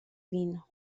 vino